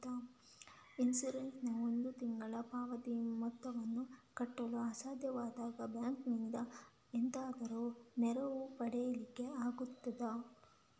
Insurance ನ ಒಂದು ತಿಂಗಳ ಪಾವತಿ ಮೊತ್ತವನ್ನು ಕಟ್ಟಲು ಅಸಾಧ್ಯವಾದಾಗ ಬ್ಯಾಂಕಿನಿಂದ ಎಂತಾದರೂ ನೆರವು ಪಡಿಲಿಕ್ಕೆ ಆಗ್ತದಾ?